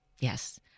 Yes